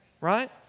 right